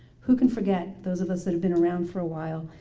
who can forget, those of us that have been around for a while,